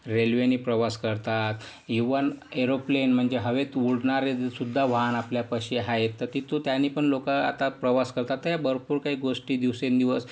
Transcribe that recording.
रेल्वेनी प्रवास करतात even aeroplane म्हणजे हवेत उडणारेसुद्धा वाहन आपल्यापाशी आहे तर तिथं त्याने पण लोक आता प्रवास करतात भरपूर काही गोष्टी दिवसेंदिवस